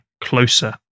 closer